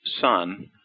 son